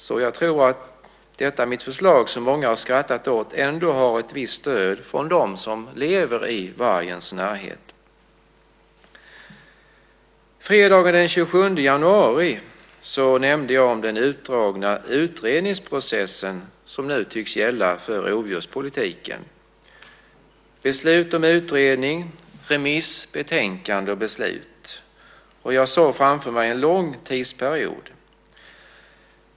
Jag tror därför att detta mitt förslag, som många har skrattat åt, ändå har ett visst stöd från dem som lever i vargens närhet. Fredagen den 27 januari nämnde jag den utdragna utredningsprocess som nu tycks gälla för rovdjurspolitiken: beslut om utredning, remiss, betänkande och beslut. Jag såg framför mig en lång tidsperiod.